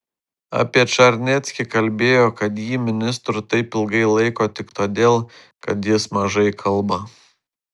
apie čarneckį kalbėjo kad jį ministru taip ilgai laiko tik todėl kad jis mažai kalba